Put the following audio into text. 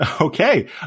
Okay